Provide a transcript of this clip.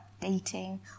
dating